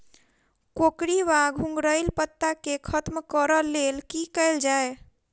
कोकरी वा घुंघरैल पत्ता केँ खत्म कऽर लेल की कैल जाय?